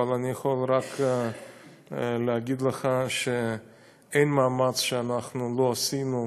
אבל אני יכול רק להגיד לך שאין מאמץ שאנחנו לא עשינו,